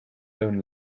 own